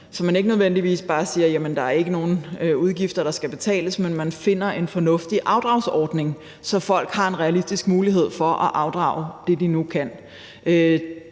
så man ikke nødvendigvis bare siger, at der slet ikke er nogen udgifter, der skal betales, men at man finder en fornuftig afdragsordning, så folk har en realistisk mulighed for at afdrage det, de nu kan.